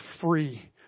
free